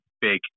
big